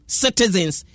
citizens